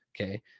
okay